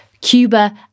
Cuba